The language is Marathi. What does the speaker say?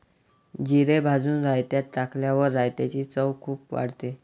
जिरे भाजून रायतात टाकल्यावर रायताची चव खूप वाढते